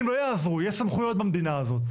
המילים לא יעזרו, יש סמכויות במדינה הזאת.